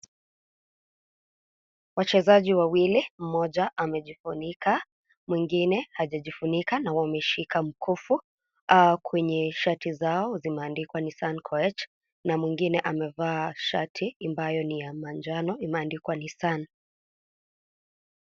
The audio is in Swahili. Wachezaji wawili, mmoja, amejifunika, mwingine, hajajifunika na wameshika mkufu, aakwenye shati zao zimeandikwa Nissan Koech, na mwingine amevaa shati, ambayo ni ya manjano, imeandikwa Nissan.